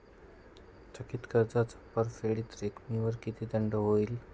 थकीत कर्जाच्या परतफेड रकमेवर किती दंड होईल?